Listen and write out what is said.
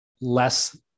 less